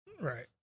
right